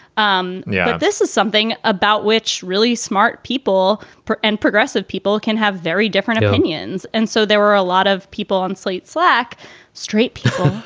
um yeah this is something about which really smart people, poor and progressive people, can have very different opinions. and so there were a lot of people on slate slack straight people